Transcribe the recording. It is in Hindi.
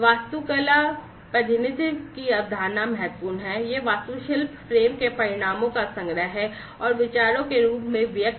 वास्तुकला प्रतिनिधित्व की अवधारणा महत्वपूर्ण है यह वास्तुशिल्प फ्रेम के परिणामों का संग्रह है और विचारों के रूप में व्यक्त किया जाता है